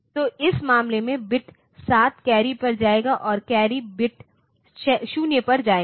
तो इस मामले में बिट 7 कैरी पर जाएगा और कैरी बिट 0 पर जाएगा